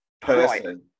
person